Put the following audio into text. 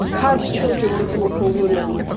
had children with local women,